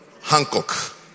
Hancock